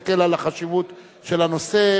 חוק ומשפט על מנת להכינה לקריאה